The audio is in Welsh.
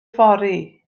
yfory